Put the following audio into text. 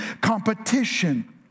competition